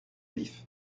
vif